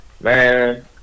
man